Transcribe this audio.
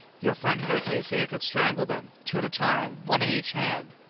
your friend hercules here could strangle them, two at a time, one in each hand!